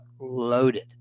loaded